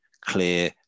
clear